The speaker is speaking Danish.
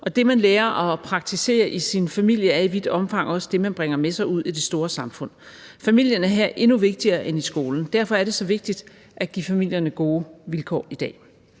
Det, man lærer at praktisere i sin familie, er i vidt omfang også det, man bringer med sig ud i det store samfund. Familierne er her endnu vigtigere end i skolen. Derfor er det så vigtigt at give familierne gode vilkår i dag.